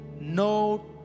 No